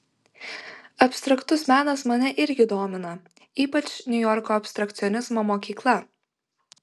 abstraktus menas mane irgi domina ypač niujorko abstrakcionizmo mokykla